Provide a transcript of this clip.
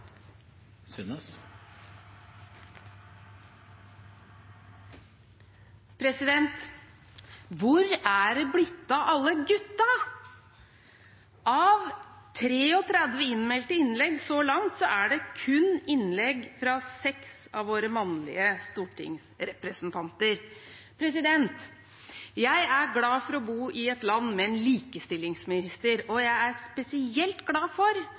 det blitt av alle gutta? Av 33 innmeldte innlegg så langt er det kun innlegg fra seks av våre mannlige stortingsrepresentanter. Jeg er glad for å bo i et land med en likestillingsminister, og jeg er spesielt glad for